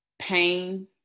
pain